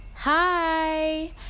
Hi